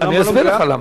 אני אסביר לך למה.